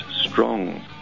Strong